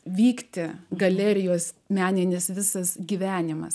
vykti galerijos meninis visas gyvenimas